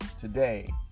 today